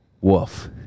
woof